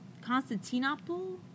constantinople